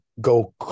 go